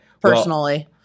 personally